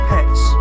Pets